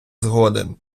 згоден